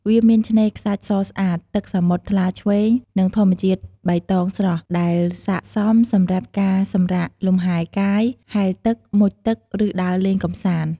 វាមានឆ្នេរខ្សាច់សស្អាត ទឹកសមុទ្រថ្លាឈ្វេង និងធម្មជាតិបៃតងស្រស់ ដែលស័ក្តិសមសម្រាប់ការសម្រាកលម្ហែកាយ ហែលទឹក មុជទឹក ឬដើរលេងកម្សាន្ត។